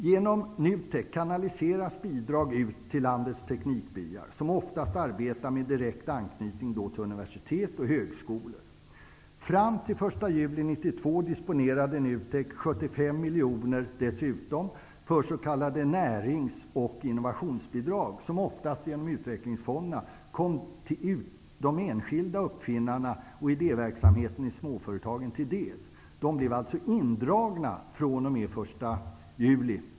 Genom NUTEK kanaliseras bidrag ut till landets teknikbyar, som oftast arbetar med direkt anknytning till universitet och högskolor. Fram till den 1 juli 1992 disponerade NUTEK dessutom 75 miljoner för s.k. närings och innovationsbidrag, som oftast genom utvecklingsfonderna kom de enskilda uppfinnarna och idéverksamheten i småföretagen till del. De är alltså indragna från och med den 1 juli.